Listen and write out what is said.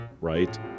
right